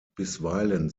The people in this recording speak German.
bisweilen